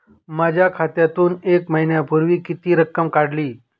माझ्या खात्यातून एक महिन्यापूर्वी किती रक्कम काढली?